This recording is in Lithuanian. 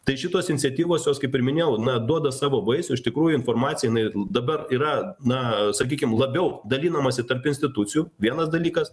tai šitos iniciatyvos jos kaip ir minėjau na duoda savo vaisių iš tikrųjų informacija jinai dabar yra na sakykim labiau dalinamasi tarp institucijų vienas dalykas